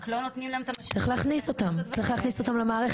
רק לא נותנים להם את המשאבים --- צריך להכניס אותם למערכת.